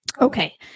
Okay